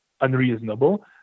unreasonable